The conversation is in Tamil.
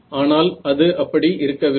ஆனால் அது அப்படி இருக்கவில்லை